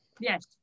Yes